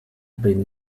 been